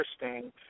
interesting